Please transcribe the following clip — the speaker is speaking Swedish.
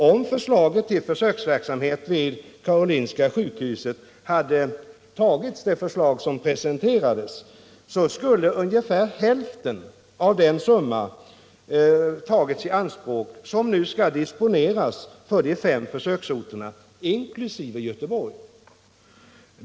Om det förslag till försöksverksamhet vid Karolinska sjukhuset som presenterades hade godtagits skulle ungefär hälften av den summan som nu disponeras för de fem försöksorterna inkl. Göteborg ha tagits i anspråk.